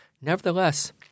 Nevertheless